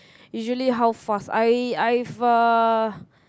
usually how fast I I've a